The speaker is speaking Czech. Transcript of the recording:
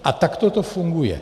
A takto to funguje.